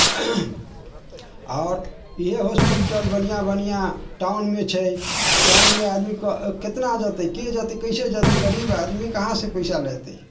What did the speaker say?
आओर इएह हॉस्पिटल बढ़िआँ बढ़िआँ टाउनमे छै टाउनमे आदमी कितना जेतै के जेतै कैसे जेतै गरीब आदमी कहाँसँ पैसा लयतै